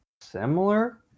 similar